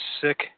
sick